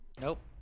Nope